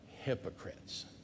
hypocrites